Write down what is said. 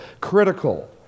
critical